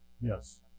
Yes